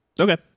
Okay